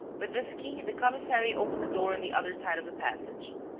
with this key, the commissary opened the door on the other side of the passage.